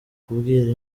kubwira